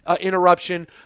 interruption